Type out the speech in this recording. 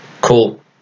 Cool